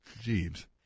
Jeeves